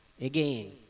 Again